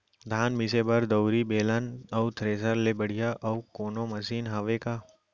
धान मिसे बर दउरी, बेलन अऊ थ्रेसर ले बढ़िया अऊ कोनो मशीन हावे का?